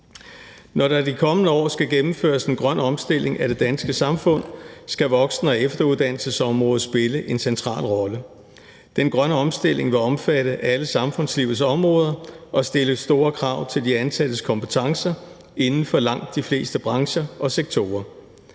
»Når der de kommende år skal gennemføres en grøn omstilling af det danske samfund, skal voksen- og efteruddannelsesområdet spille en central rolle. Den grønne omstilling vil omfatte alle samfundslivets områder og stille store krav til de ansattes kompetencer inden for langt de fleste brancher og sektorer.